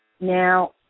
Now